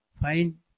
find